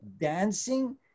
dancing